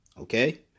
okay